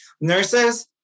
nurses